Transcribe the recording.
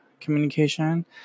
communication